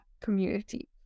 community